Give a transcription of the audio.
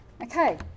Okay